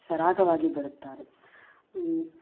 ಸರಾಗವಾಗಿ ಬರುತ್ತಾರೆ